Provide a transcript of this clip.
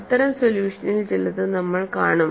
അത്തരം സൊല്യൂഷനിൽ ചിലത് നമ്മൾ കാണും